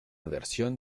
versión